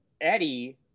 eddie